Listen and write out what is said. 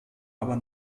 aber